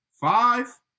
Five